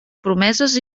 promeses